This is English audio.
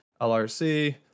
LRC